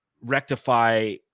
rectify